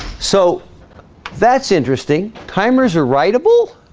so that's interesting timers are writable